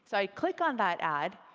so click on that ad,